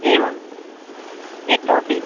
एवम् इतोपि